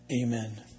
Amen